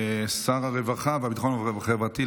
שר הרווחה והביטחון החברתי,